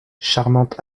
charmante